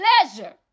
pleasure